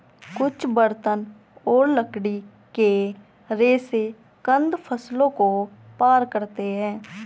कुछ बर्तन और लकड़ी के रेशे कंद फसलों को पार करते है